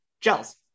gels